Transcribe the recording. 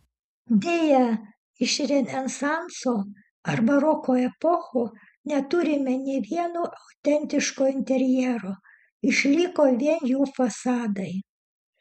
deja iš renesanso ar baroko epochų neturime nė vieno autentiško interjero išliko vien jų fasadai